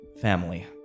family